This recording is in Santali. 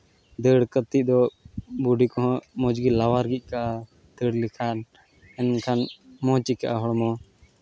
ᱫᱟᱹᱲ ᱜᱟᱛᱮ ᱫᱚ ᱵᱚᱰᱤ ᱠᱚᱦᱚᱸ ᱢᱚᱡᱽ ᱜᱮ ᱞᱟᱣᱟᱨ ᱜᱮ ᱟᱹᱭᱠᱟᱹᱜᱼᱟ ᱫᱟᱹᱲ ᱞᱮᱠᱷᱟᱱ ᱮᱱᱠᱷᱟᱱ ᱢᱚᱡᱽ ᱟᱹᱭᱠᱟᱹᱜᱼᱟ ᱦᱚᱲᱢᱚ